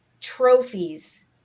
trophies